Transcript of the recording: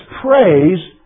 praise